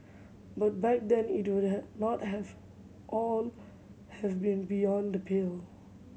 but back then it would not have all have been beyond the pale